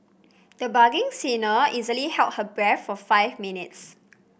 the budding singer easily held her breath for five minutes